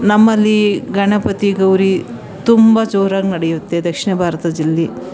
ನಮ್ಮಲ್ಲಿ ಗಣಪತಿ ಗೌರಿ ತುಂಬ ಜೋರಾಗಿ ನಡೆಯುತ್ತೆ ದಕ್ಷಿಣ ಭಾರತದಲ್ಲಿ